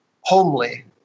homely